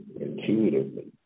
intuitively